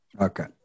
Okay